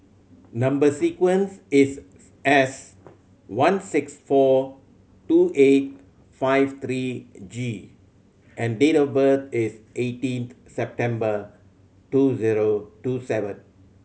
number sequence is S one six four two eight five three G and date of birth is eighteen September two zero two seven